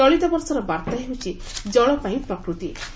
ଚଳିତ ବର୍ଷର ବାର୍ତା ହେଉଛି 'ଜଳ ପାଇଁ ପ୍ରକୃତି'